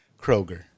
Kroger